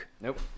Nope